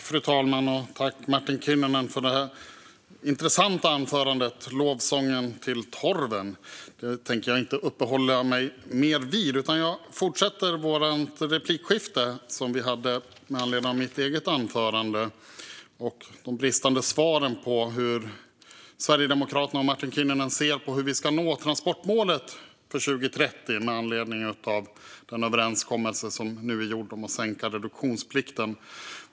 Fru talman! Tack, Martin Kinnunen, för det intressanta anförandet och lovsången till torven! Det tänker jag inte uppehålla mig mer vid, utan jag fortsätter replikskiftet som vi hade med anledning av mitt eget anförande om de bristande svaren på hur Sverigedemokraterna och Martin Kinnunen ser på hur Sverige ska nå transportmålet för 2030 med anledning av den överenskommelse som nu är gjord om att sänka reduktionsplikten.